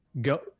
go